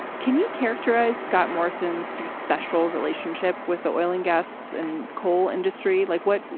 can you characterise scott morrison's sort of special relationship with the oil and gas and coal industry? like what?